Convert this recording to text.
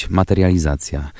materializacja